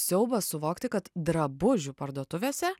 siaubas suvokti kad drabužių parduotuvėse